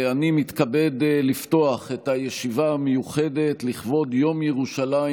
אני מתכבד לפתוח את הישיבה המיוחדת לכבוד יום ירושלים